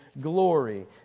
glory